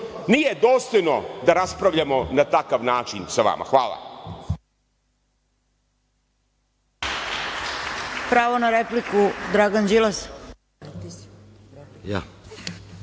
Nije dostojno da raspravljamo na takav način sa vama. Hvala.